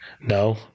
No